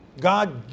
God